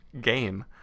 game